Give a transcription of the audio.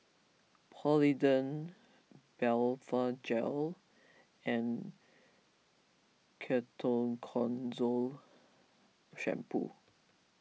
Polident Blephagel and Ketoconazole Shampoo